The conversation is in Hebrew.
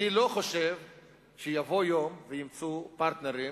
אני לא חושב שיבוא יום וימצאו פרטנרים